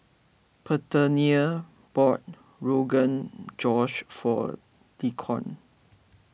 Parthenia bought Rogan Josh for Deacon